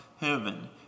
heaven